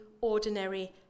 ordinary